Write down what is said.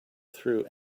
through